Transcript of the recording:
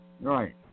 Right